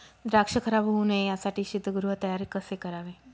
द्राक्ष खराब होऊ नये यासाठी शीतगृह तयार कसे करावे?